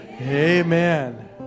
Amen